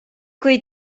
kui